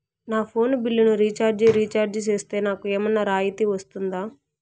నా ఫోను బిల్లును recharge recharge సేస్తే, నాకు ఏమన్నా రాయితీ వస్తుందా?